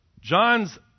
John's